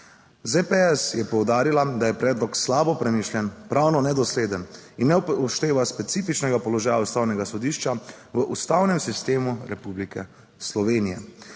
ZPS je poudarila, da je predlog slabo premišljen, pravno nedosleden in ne upošteva specifičnega položaja Ustavnega sodišča v ustavnem sistemu Republike Slovenije.